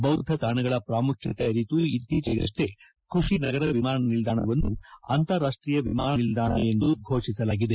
ಬೌದ್ದ ತಾಣಗಳ ಪ್ರಾಮುಖ್ಯತೆ ಅರಿತು ಇತ್ತೀಚೆಗೆಷ್ಟೇ ಖುಷಿ ನಗರ ವಿಮಾನ ನಿಲ್ದಾಣವನ್ನು ಅಂತಾರಾಷ್ಟೀಯ ವಿಮಾನ ನಿಲ್ಲಾಣ ಎಂದು ಘೋಷಿಸಲಾಗಿದೆ